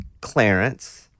Clarence